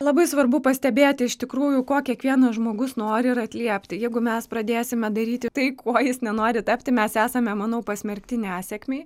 labai svarbu pastebėti iš tikrųjų ko kiekvienas žmogus nori ir atliepti jeigu mes pradėsime daryti tai kuo jis nenori tapti mes esame manau pasmerkti nesėkmei